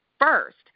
first